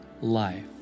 life